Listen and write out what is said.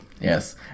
yes